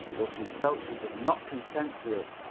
though she felt she could not consent to it.